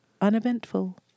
uneventful